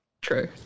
True